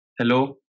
Hello